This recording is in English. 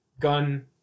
gun